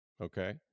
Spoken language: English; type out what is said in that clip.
Okay